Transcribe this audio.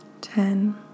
Ten